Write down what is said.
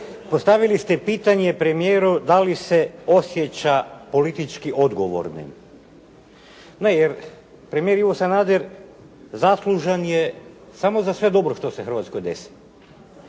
postavili ste pitanje premijeru, dali se osjeća politički odgovornim? Ne, jer premijer Ivo Sanader zaslužen je za sve dobro što se Hrvatskoj desi.